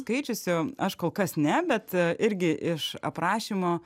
skaičiusių aš kol kas ne bet irgi iš aprašymo